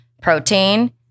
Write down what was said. protein